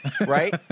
right